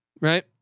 right